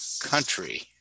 country